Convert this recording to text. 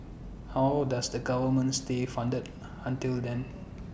how does the government stay funded until then